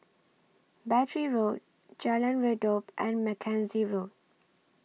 Battery Road Jalan Redop and Mackenzie Road